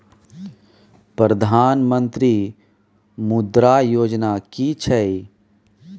प्रधानमंत्री मुद्रा योजना कि छिए?